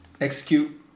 execute